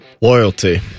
Loyalty